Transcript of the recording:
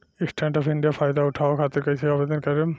Stand up India के फाइदा उठाओ खातिर कईसे आवेदन करेम?